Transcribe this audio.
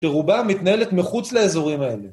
שרובה מתנהלת מחוץ לאזורים האלה.